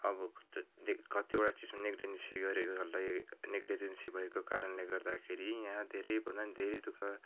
अब कतिवटा चिजमा नेक्लिजेन्सी गरेकोहरूलाई नेक्लिजेन्सी भएको कारणले गर्दाखेरि यहाँ धेरैभन्दा पनि धेरै दु ख